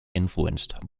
influenced